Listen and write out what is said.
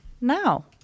now